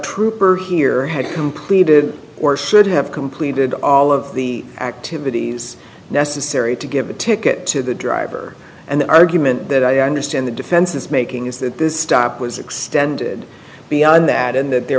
trooper here had completed or should have completed all of the activities necessary to give a ticket to the driver and the argument that i understand the defense is making is that this stop was extended beyond that in that there